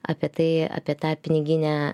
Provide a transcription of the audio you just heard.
apie tai apie tą piniginę